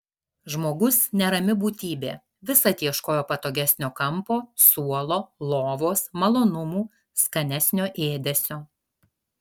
žmogus nerami būtybė visad ieškojo patogesnio kampo suolo lovos malonumų skanesnio ėdesio